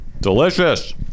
Delicious